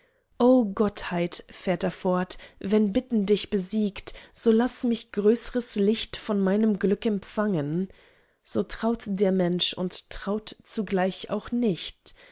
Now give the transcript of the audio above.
o gottheit fährt er fort wenn bitten dich besiegt so laß mich größres licht von meinem glück empfangen so traut der mensch und traut zugleich auch nicht